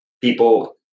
People